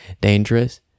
dangerous